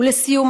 ולסיום,